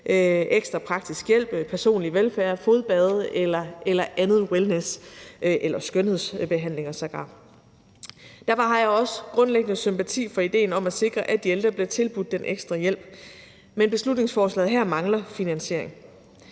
ekstra praktisk hjælp, personlig velfærd, fodbade eller andet wellness eller skønhedsbehandlinger sågar. Derfor har jeg også grundlæggende sympati for idéen om at sikre, at de ældre bliver tilbudt den ekstra hjælp, men beslutningsforslaget her mangler finansiering.